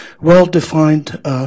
well-defined